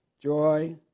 joy